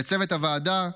לצוות הוועדה,